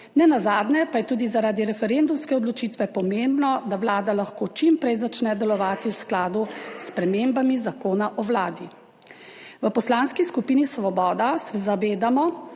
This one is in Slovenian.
Nenazadnje pa je tudi zaradi referendumske odločitve pomembno, da Vlada lahko čim prej začne delovati v skladu s spremembami Zakona o Vladi. V Poslanski skupini Svoboda se zavedamo,